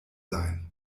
sein